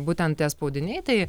būtent tie spaudiniai tai